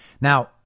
Now